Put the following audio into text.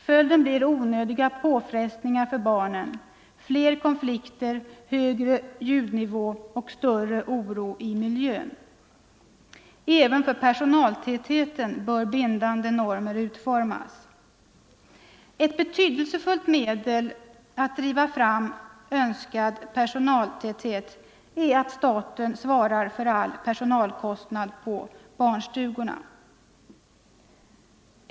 Följden blir onödiga påfrestningar för barnen, fler konflikter, högre ljudnivå och större oro i miljön. Även Förskolan m.m. för personaltätheten bör bindande normer utformas. Ett betydelsefullt medel att driva fram önskad personaltäthet är att staten svarar för all personalkostnad på barnstugorna.